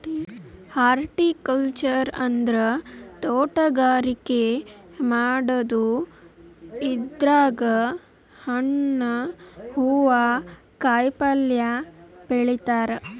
horticulture ಅಂದ್ರ ತೋಟಗಾರಿಕೆ ಮಾಡದು ಇದ್ರಾಗ್ ಹಣ್ಣ್ ಹೂವಾ ಕಾಯಿಪಲ್ಯ ಬೆಳಿತಾರ್